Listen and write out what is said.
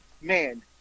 man